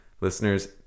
listeners